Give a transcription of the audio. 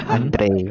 Andre